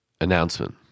announcement